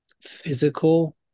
physical